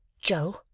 Joe